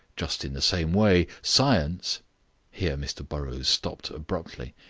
just in the same way science here mr burrows stopped abruptly.